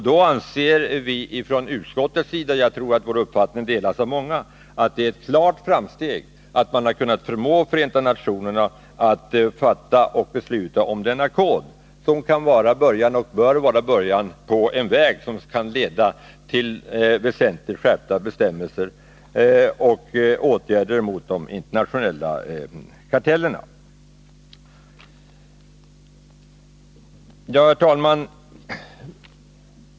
Då anser utskottet— och jag tror att vår uppfattning delas av många — att det är ett klart framsteg att man har kunnat förmå Förenta nationerna att fatta beslut om denna kod, vilket bör kunna vara början på en väg som leder till väsentligt skärpta bestämmelser och åtgärder mot de internationella kartellerna. Herr talman!